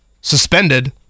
suspended